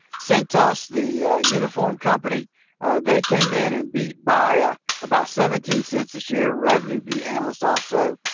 cintas, the uniform company they came in and beat by about seventeen cents this year, revenue beat analysts also.